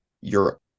Europe